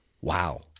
Wow